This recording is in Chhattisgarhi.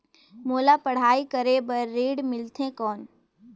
मोला पढ़ाई करे बर ऋण मिलथे कौन?